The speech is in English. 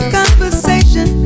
conversation